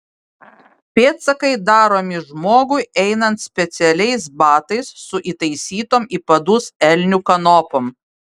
pėdsakai daromi žmogui einant specialiais batais su įtaisytom į padus elnių kanopom